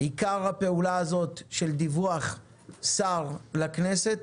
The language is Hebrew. עיקר הפעולה הזאת של דיווח שר לכנסת